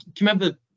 remember